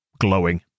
glowing